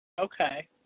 Okay